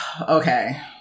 Okay